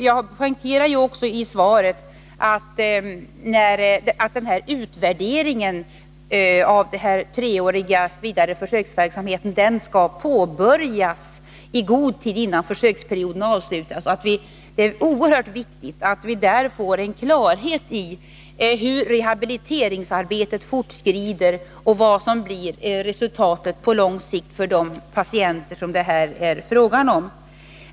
Jag poängterade också i svaret att utvärderingen av den treåriga vidare försöksverksamheten skall påbörjas i god tid innan försöksperioden är avslutad. Det är oerhört viktigt att vi får klarhet i hur rehabiliteringsarbetet fortskrider och vad som blir resultatet på lång sikt för de patienter som det här är fråga om.